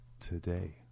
today